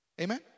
Amen